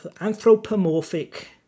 anthropomorphic